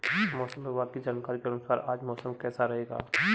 मौसम विभाग की जानकारी के अनुसार आज मौसम कैसा रहेगा?